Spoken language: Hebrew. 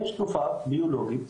יש תרופה ביולוגית